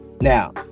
Now